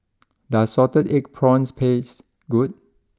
does Salted Egg Prawns taste good